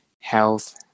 health